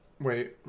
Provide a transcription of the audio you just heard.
Wait